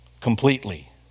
completely